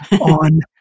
on